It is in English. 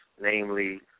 namely